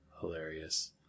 hilarious